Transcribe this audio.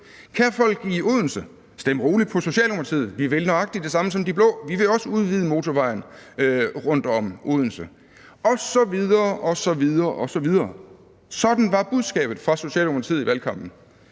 Kære folk i Odense, stem roligt på Socialdemokratiet. Vi vil nøjagtig det samme som de blå. Vi vil også udvide motorvejen rundt om Odense osv. osv. Sådan var budskabet fra Socialdemokratiet i valgkampen.